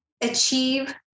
achieve